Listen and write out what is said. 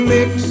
Mix